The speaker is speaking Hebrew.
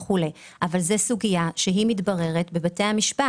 זאת סוגיה שמתבררת בבית המשפט.